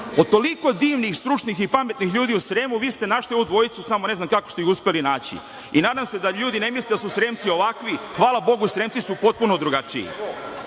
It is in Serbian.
Od toliko divnih i stručnih i pametnih ljudi u Sremu vi ste našli ovu dvojicu, samo ne znam kako ste ih uspeli naći? I, nadam se da ljudi ne misle da su Sremci ovakvi. Hvala Bogu Sremci su potpuno drugačiji. Podrška